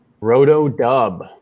Roto-dub